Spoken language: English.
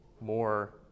more